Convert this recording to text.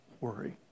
worry